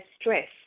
stress